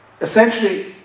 Essentially